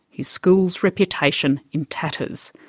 his school's reputation in tatters.